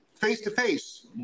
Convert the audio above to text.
face-to-face